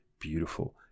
beautiful